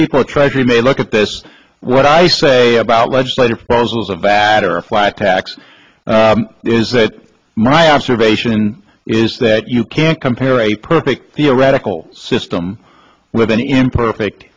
before treasury may look at this what i say about legislative proposals or bad or a flat tax is that my observation is that you can't compare a perfect theoretical system with an imperfect